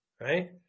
right